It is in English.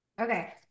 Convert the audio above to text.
Okay